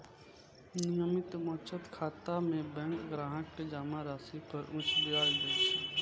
नियमित बचत खाता मे बैंक ग्राहक कें जमा राशि पर उच्च ब्याज दै छै